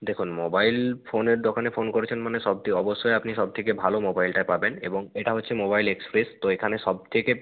দেখুন মোবাইল ফোনের দোকানে ফোন করেছেন মানে সব থেকে অবশ্যই আপনি সব থেকে ভালো মোবাইলটা পাবেন এবং এটা হচ্ছে মোবাইল এক্সপ্রেস তো এখানে সব থেকে